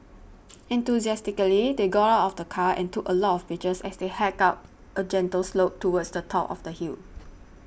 enthusiastically they got out of the car and took a lot of pictures as they hiked up a gentle slope towards the top of the hill